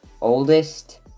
oldest